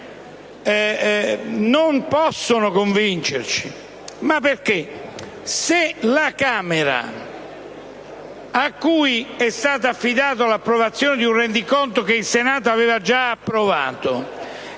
non possono convincerci. Se la Camera, a cui è stata affidata l'approvazione di un rendiconto che il Senato aveva già approvato,